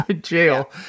jail